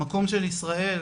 המקום של ישראל,